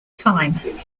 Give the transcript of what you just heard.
time